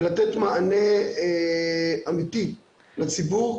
ולתת מענה אמיתי לציבור,